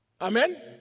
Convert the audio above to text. Amen